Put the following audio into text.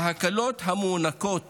ההקלות המוענקות